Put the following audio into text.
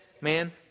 man